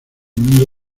mundo